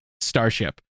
starship